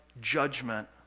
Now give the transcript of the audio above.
judgment